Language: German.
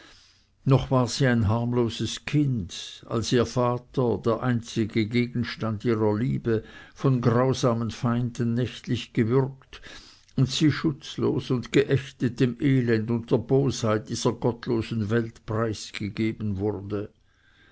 noch war sie ein harmloses kind als ihr vater der einzige gegenstand ihrer liebe von grausamen feinden nächtlich gewürgt und sie schutzlos und geächtet dem elende und der bosheit dieser gottlosen welt preisgegeben wurde